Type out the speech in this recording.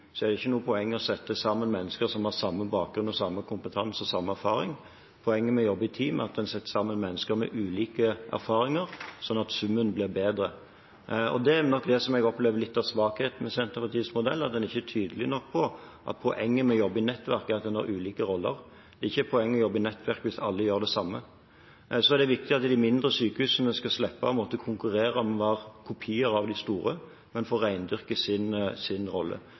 er det ikke noe poeng i å sette sammen mennesker som har samme bakgrunn og samme kompetanse og samme erfaring. Poenget med å jobbe i team, er at man setter sammen mennesker med ulike erfaringer, sånn at summen blir bedre. Det er nok det som jeg opplever som litt av svakheten ved Senterpartiets modell, at den ikke er tydelig nok på at poenget med å jobbe i nettverk er at en har ulike roller. Det er ikke noe poeng i å jobbe i nettverk hvis alle gjør det samme. Ellers er det viktig at de mindre sykehusene skal slippe å måtte konkurrere om å være kopier av de store, men får rendyrke sin rolle.